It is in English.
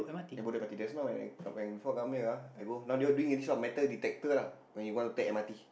yeah Bedok M_R_T just now when I before come here ah I go now they are doing this one metal detector lah when you want to take M_R_T